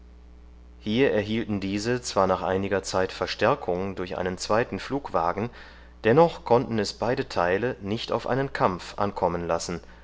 hier erhielten diese zwar nach einiger zeit verstärkung durch einen zweiten flugwagen dennoch konnten es beide teile nicht auf einen kampf ankommen lassen